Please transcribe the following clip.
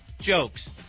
jokes